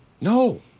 No